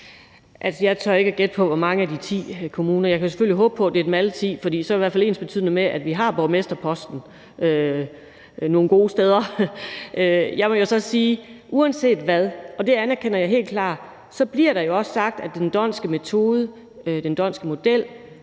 jeg tør ikke gætte på, hvor mange af de ti kommuner det er. Jeg kan selvfølgelig håbe på, at det er dem alle ti, for så er det i hvert fald ensbetydende med, at vi har borgmesterposten nogle gode steder. Jeg vil så sige, at uanset hvad – og det anerkender jeg helt klart – bliver der jo også sagt, at den d'Hondtske model har en fordel